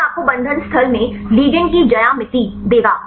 यह आपको बंधन स्थल में लिगैंड की ज्यामिति देगा